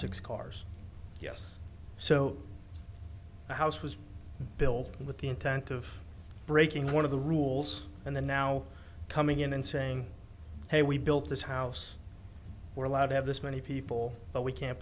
six cars yes so the house was built with the intent of breaking one of the rules and then now coming in and saying hey we built this house we're allowed to have this many people but we can't